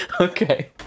Okay